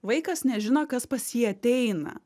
vaikas nežino kas pas jį ateina